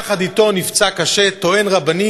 יחד אתו נפצע קשה טוען רבני,